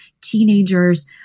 teenagers